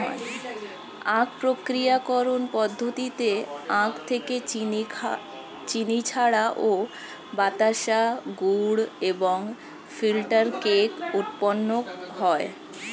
আখ প্রক্রিয়াকরণ পদ্ধতিতে আখ থেকে চিনি ছাড়াও বাতাসা, গুড় এবং ফিল্টার কেক উৎপন্ন হয়